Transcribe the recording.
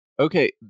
Okay